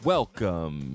Welcome